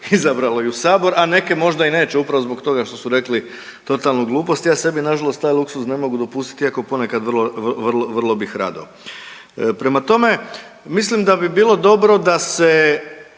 izabrala i u sabor, a neke možda i neće upravo zbog toga što su rekli totalnu glupost. Ja sebi nažalost taj luksuz ne mogu dopustiti iako ponekad vrlo bih rado. Prema tome, mislim da bi bilo dobro da se